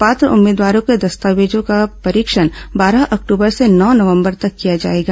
पात्र उम्मीदवारों के दस्तावेजों का परीक्षण बारह अक्टूबर से नौ नवंबर तक किया जाएगा